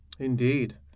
Indeed